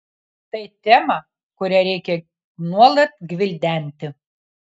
tai tema kurią reikia nuolat gvildenti